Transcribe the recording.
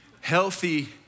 healthy